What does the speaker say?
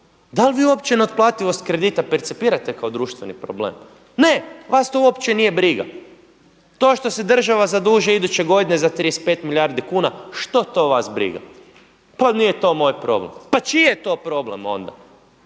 Da li vi uopće na otplativost kredita percipirate kao društveni problem? Ne, vas to uopće nije briga. To što se država zadužuje iduće godine za 35 milijardi kuna što to vas briga, pa nije to moj problem. Pa čiji je to problem onda?